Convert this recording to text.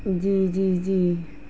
جی جی جی